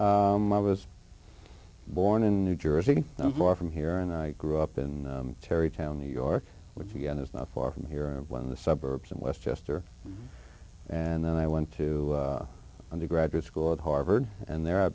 i was born in new jersey i'm far from here and i grew up in tarrytown new york again it's not far from here and when the suburbs in westchester and then i went to undergraduate school at harvard and there i